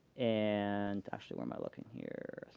and actually, where am i looking here?